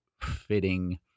fitting